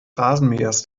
rasenmähers